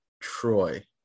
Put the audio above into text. Troy